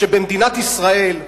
שבמדינת ישראל,